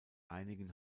einigen